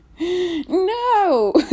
No